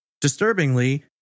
Disturbingly